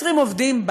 20 עובדים,